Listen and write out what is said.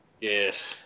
Yes